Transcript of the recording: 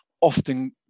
often